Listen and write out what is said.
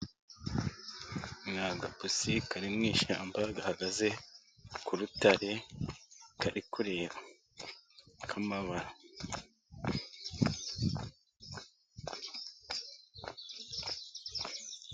Ni agapusi kari mwishyamba, gahagaze ku rutare, kari kureba k'amabara.